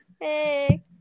Hey